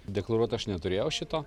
deklaruot aš neturėjau šito